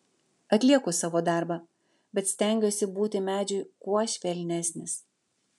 atlieku savo darbą bet stengiuosi būti medžiui kuo švelnesnis